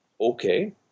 okay